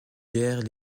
guerres